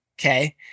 Okay